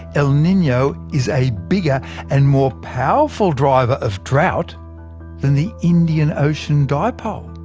el nino is a bigger and more powerful driver of drought than the indian ocean dipole.